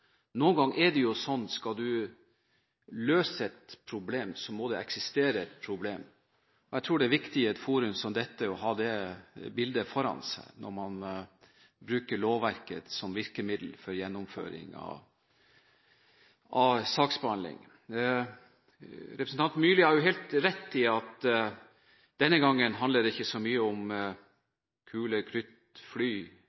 i et forum som dette – å ha det bildet klart for seg når man bruker lovverket som virkemiddel for gjennomføring av saksbehandling. Representanten Myrli har helt rett i at det denne gangen ikke handler så mye om kuler, krutt, fly, våpen osv., men om mennesker. I denne menneskelige form for behandling er det også fort gjort å snuble i noen paragrafer på veien. Jeg skal ikke